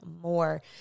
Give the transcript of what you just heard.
more